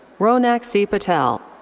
ronak c. patel.